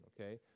okay